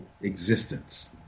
existence